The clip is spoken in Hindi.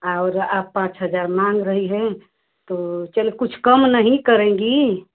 और आप पाँच हज़ार माँग रही हैं तो चलो कुछ कम नहीं करेंगी